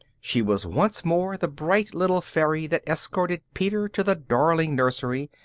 she was once more the bright little fairy that escorted peter to the darling nursery,